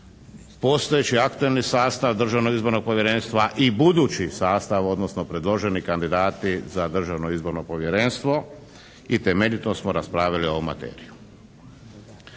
Postojeći aktualni sastav Državnog izbornog povjerenstva i budući sastav, odnosno predloženi kandidati za Državno izborno povjerenstvo i temeljito smo raspravili ovu materiju.